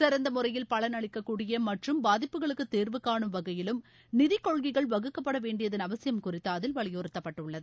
சிறந்த முறையில் பலனளிக்கக்கூடிய மற்றும் பாதிப்புகளுக்கு தீர்வு கானும் வகையிலும் நிதிக் கொள்கைகள் வகுக்கப்பட வேண்டியதன் அவசியம் குறித்தும் அதில் வலியுறுத்தப்பட்டுள்ளது